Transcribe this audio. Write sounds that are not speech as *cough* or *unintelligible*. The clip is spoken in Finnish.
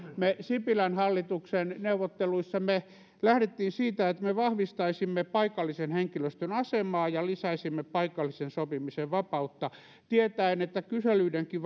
sipilän hallituksen neuvotteluissa me lähdimme siitä että me vahvistaisimme paikallisen henkilöstön asemaa ja lisäisimme paikallisen sopimisen vapautta tietäen että kyselyidenkin *unintelligible*